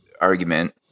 argument